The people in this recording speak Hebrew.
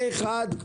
פה אחד.